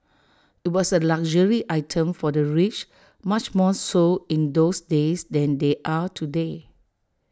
IT was A luxury item for the rich much more so in those days than they are today